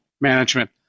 Management